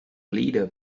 leader